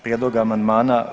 Prijedlog amandmana